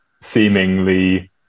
seemingly